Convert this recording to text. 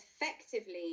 effectively